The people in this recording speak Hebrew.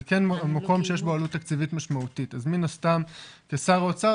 זה כן מקום שיש בו עלות תקציבית משמעותית אז מן הסתם כשר אוצר